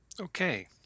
Okay